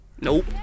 nope